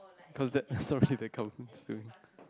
cause that